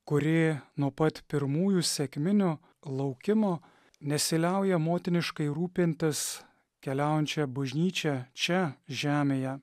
kuri nuo pat pirmųjų sekminių laukimo nesiliauja motiniškai rūpintis keliaujančia bažnyčia čia žemėje